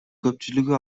көпчүлүгү